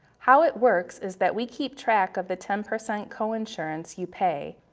how it works is that we keep track of the ten percent coinsurance you pay.